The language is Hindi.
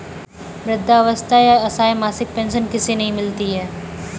वृद्धावस्था या असहाय मासिक पेंशन किसे नहीं मिलती है?